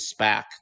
SPAC